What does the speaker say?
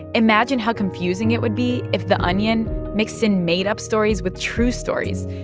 imagine how confusing it would be if the onion mixed in made-up stories with true stories?